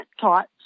taught